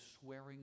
swearing